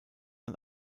man